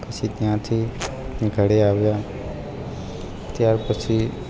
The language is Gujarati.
પછી ત્યાંથી ઘડે આવ્યા ત્યાર પછી